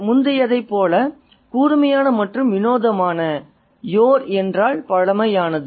முந்தையதைப் போல கூர்மையான மற்றும் வினோதமான"யோர் என்றால் பழமையானது